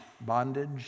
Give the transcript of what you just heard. Bondage